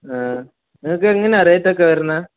നിങ്ങൾക്ക് എങ്ങനെയാണ് റേറ്റ് ഒക്കെ വരുന്നത്